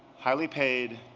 highly paid,